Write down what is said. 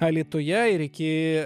alytuje ir iki